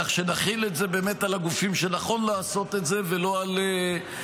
כך שבאמת נחיל את זה על הגופים שנכון לעשות את זה ולא באיזו